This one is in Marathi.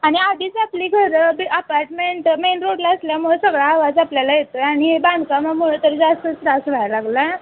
आणि आधीच आपली घरं बि आपार्टमेंट मेन रोडला असल्यामुळं सगळा आवाज आपल्याला येतो आहे आणि बांधकामामुळं तरी जास्तच त्रास व्हायला लागला